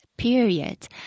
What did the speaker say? period